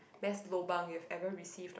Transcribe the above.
best lobang you've ever received or